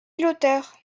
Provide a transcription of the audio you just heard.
l’auteur